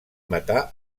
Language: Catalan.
matar